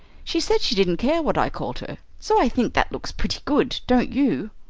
she said she didn't care what i called her. so i think that looks pretty good, don't you?